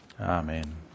Amen